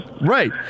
Right